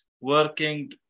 working